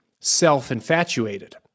self-infatuated